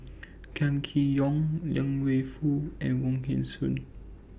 Kam Kee Yong Liang Wenfu and Wong Hong Suen